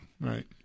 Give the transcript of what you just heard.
right